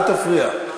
אל תפריע.